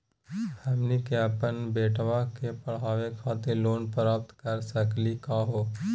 हमनी के अपन बेटवा क पढावे खातिर लोन प्राप्त कर सकली का हो?